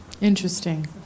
Interesting